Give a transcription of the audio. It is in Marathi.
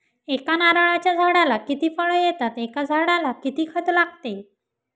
एका नारळाच्या झाडाला किती फळ येतात? एका झाडाला किती खत लागते?